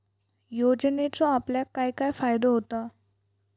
योजनेचो आपल्याक काय काय फायदो होता?